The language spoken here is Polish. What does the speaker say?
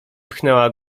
pchnęła